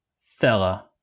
fella